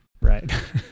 Right